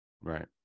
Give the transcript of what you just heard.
right